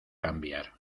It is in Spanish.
cambiar